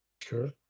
Sure